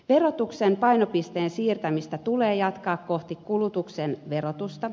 verotuksen painopisteen siirtämistä tulee jatkaa kohti kulutuksen verotusta